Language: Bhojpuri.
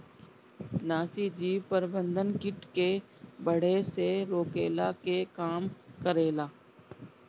नाशीजीव प्रबंधन किट के बढ़े से रोकला के काम करेला